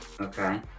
Okay